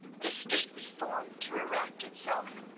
the stately form to erect itself,